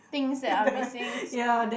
things that are missing